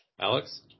Alex